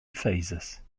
phases